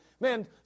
man